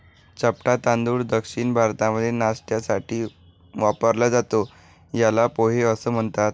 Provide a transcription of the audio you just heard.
चपटा तांदूळ दक्षिण भारतामध्ये नाष्ट्यासाठी वापरला जातो, याला पोहे असं म्हणतात